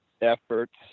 efforts